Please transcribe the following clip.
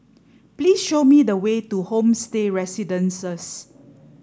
please show me the way to Homestay Residences